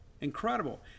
Incredible